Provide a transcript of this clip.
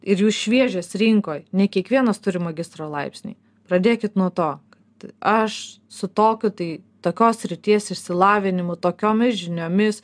ir jūs šviežias rinkoj ne kiekvienas turi magistro laipsnį pradėkit nuo to kad aš su tokiu tai tokios srities išsilavinimu tokiomis žiniomis